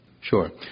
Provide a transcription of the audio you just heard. Sure